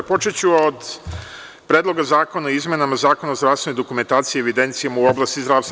Počeću od predloga zakona o izmenama Zakona o zdravstvenoj dokumentaciji i evidencijama u oblasti zdravstva.